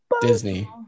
Disney